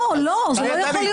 לא, לא, זה לא יכול להיות